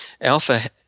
Alpha